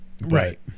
right